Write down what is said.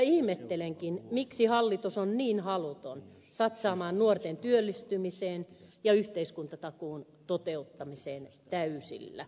ihmettelenkin miksi hallitus on niin haluton satsaamaan nuorten työllistymiseen ja yhteiskuntatakuun toteuttamiseen täysillä